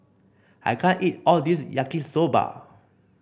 I can't eat all this Yaki Soba